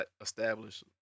established